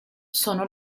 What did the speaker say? sono